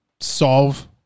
solve